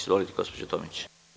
Izvolite, gospođo Tomić.